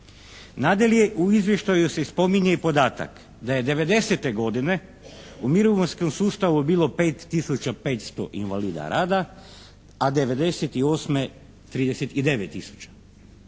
Nadalje, u izvještaju se spominje i podatak da je '90.-te godine u mirovinskom sustavu bilo 5 tisuća 500 invalida rada, a '98. 39